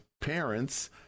parents